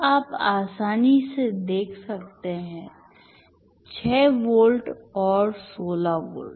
यह आप आसानी से देख सकते हैं 6 वोल्ट और 16 वोल्ट